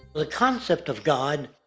the concept of god,